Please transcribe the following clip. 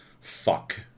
fuck